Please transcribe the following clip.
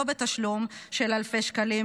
לא בתשלום של אלפי שקלים,